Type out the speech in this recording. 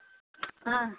آ